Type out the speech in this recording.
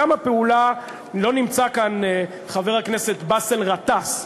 גם הפעולה, לא נמצא כאן חבר הכנסת באסל גטאס.